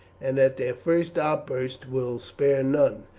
and at their first outburst will spare none.